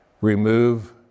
remove